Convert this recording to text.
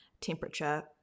temperature